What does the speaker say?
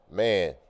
man